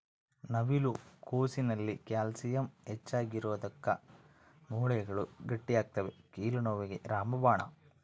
ನವಿಲು ಕೋಸಿನಲ್ಲಿ ಕ್ಯಾಲ್ಸಿಯಂ ಹೆಚ್ಚಿಗಿರೋದುಕ್ಕ ಮೂಳೆಗಳು ಗಟ್ಟಿಯಾಗ್ತವೆ ಕೀಲು ನೋವಿಗೆ ರಾಮಬಾಣ